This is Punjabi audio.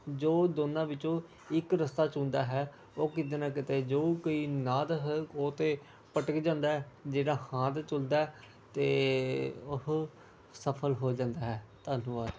ਜੋ ਦੋਨਾਂ ਵਿੱਚੋਂ ਇੱਕ ਰਸਤਾ ਚੁਣਦਾ ਹੈ ਉਹ ਕਿਤੇ ਨਾ ਕਿਤੇ ਜੋ ਕੋਈ ਨਾਦ ਉਹ ਤਾਂ ਭਟਕ ਜਾਂਦਾ ਜਿਹੜਾ ਹਾਂ ਤਾਂ ਚੁਣਦਾ ਅਤੇ ਉਹ ਸਫਲ ਹੋ ਜਾਂਦਾ ਹੈ ਧੰਨਵਾਦ